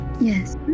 Yes